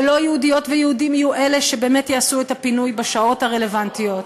שלא יהודיות ויהודים יהיו אלה שבאמת יעשו את הפינוי בשעות הרלוונטיות.